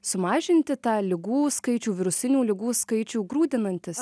sumažinti tą ligų skaičių virusinių ligų skaičių grūdinantis